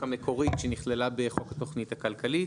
המקורית שנכללה בחוק התכנית הכלכלית,